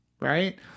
right